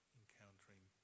encountering